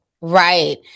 Right